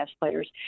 players